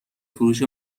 فروش